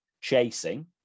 chasing